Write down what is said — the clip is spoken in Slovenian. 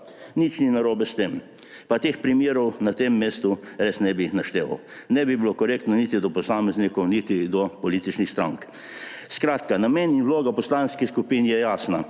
Nič ni narobe s tem, pa teh primerov na tem mestu res ne bi našteval. Ne bi bilo korektno niti do posameznikov niti do političnih strank. Skratka, namen in vloga poslanskih skupin je jasna.